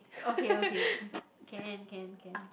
okay okay can can can can